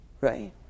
right